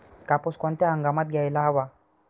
कापूस कोणत्या हंगामात घ्यायला हवा?